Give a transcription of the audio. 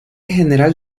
general